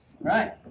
Right